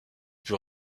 peut